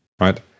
right